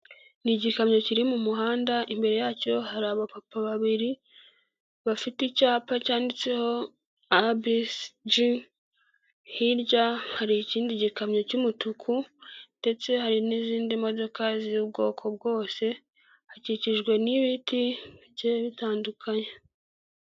Ni igikamyo kiri mu muhanda, imbere yacyo hari abapapa babiri bafite icyapa cyanditseho ABSG, hirya hari ikindi gikamyo cy'umutuku ndetse hari n'izindi modoka ziri ubwoko bwose, hakikijwe n'ibiti bigiye bitandukanye.